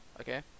okay